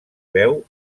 veu